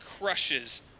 crushes